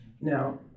Now